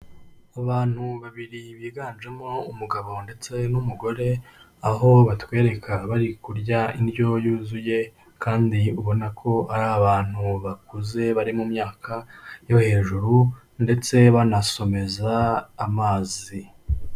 Abantu babiri biganjemo umugabo ndetse n'umugore, aho batwereka bari kurya indyo yuzuye kandi ubona ko ari abantu bakuze bari mu myaka yo hejuru ndetse banasomeza amazi.